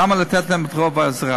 למה לא לתת להם את רוב העזרה?